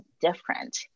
different